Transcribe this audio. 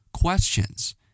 questions